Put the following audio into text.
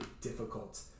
difficult